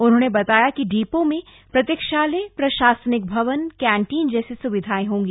उन्होंने बताया कि डिपो में प्रतीक्षालय प्रशासनिक भवन काज्टीन जप्ती स्विधाएं होंगी